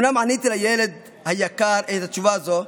אומנם עניתי לילד היקר את התשובה הזו,